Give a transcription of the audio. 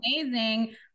amazing